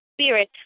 spirit